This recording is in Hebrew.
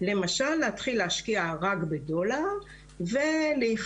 למשל להתחיל להשקיע רק לדולר ולהיחשף